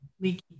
leaky